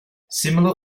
similar